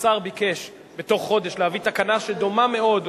השר ביקש להביא תקנה דומה מאוד,